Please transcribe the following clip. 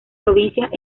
provincias